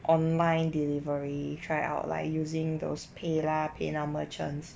online delivery try out like using those PayLah PayNow merchant